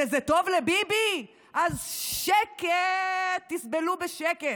שזה טוב לביבי, אז שקט, תסבלו בשקט?